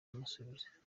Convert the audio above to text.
amusubiza